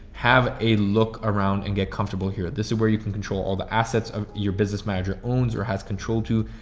have a look around and get comfortable here. this is where you can control all the assets of your business manager owns or has controlled to.